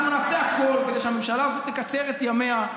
אנחנו נעשה הכול כדי שהממשלה הזו תקצר את ימיה,